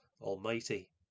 Almighty